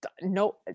no